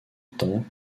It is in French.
temps